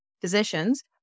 physicians